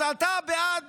אז אתה בעד